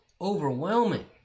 overwhelming